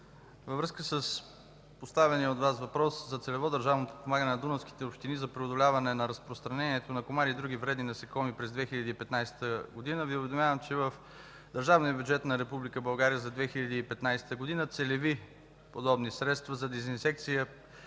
във връзка с поставения от Вас въпрос за целево държавно подпомагане на дунавските общини за преодоляване на разпространението на комари и други вредни насекоми през 2015 г. Ви уведомявам, че в държавния бюджет на Република България за 2015 г. целеви подобни средства за дезинсекция